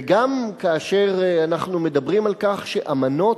וגם כאשר אנחנו מדברים על כך שאמנות